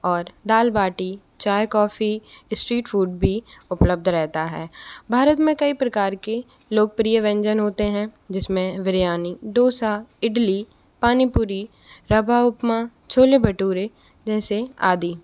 और दाल बाटी चाय coffee street food भी उपलब्ध रहता है भारत में कई प्रकार की लोकप्रिय व्यंजन होते हैं जिसमें बिरयानी डोसा इडली पानी पूरी रवा उपमा छोले भटूरे जैसे आदि